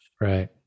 right